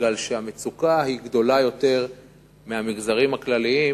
כי המצוקה גדולה יותר מבמגזרים הכלליים,